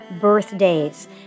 birthdays